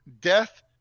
death